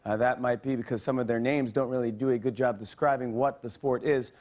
ah that might be because some of their names don't really do a good job describing what the sport is.